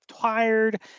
tired